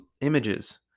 images